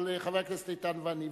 אבל חבר הכנסת איתן ואני,